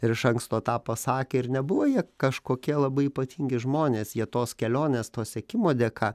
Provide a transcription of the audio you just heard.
ir iš anksto tą pasakė ir nebuvo jie kažkokie labai ypatingi žmonės jie tos kelionės to sekimo dėka